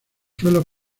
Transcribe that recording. suelos